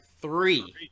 Three